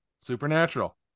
Supernatural